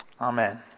Amen